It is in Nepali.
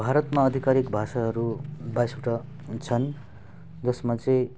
भारतमा अधिकारीक भाषाहरू बाइसवटा छन् जसमा चाहिँ